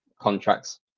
contracts